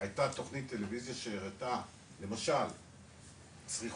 היית תוכנית טלוויזיה שהראתה למשל צריכות,